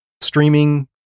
streaming